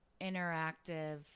interactive